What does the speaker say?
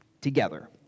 together